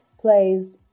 plays